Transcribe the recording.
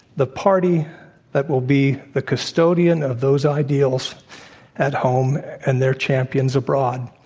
the party that will be the custodian of those ideals at home and their champions abroad.